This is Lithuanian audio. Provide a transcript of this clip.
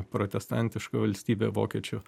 protestantišką valstybę vokiečių